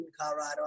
Colorado